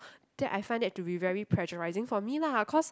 that I find that to be very pressurising for me lah cause